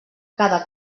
cada